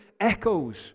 echoes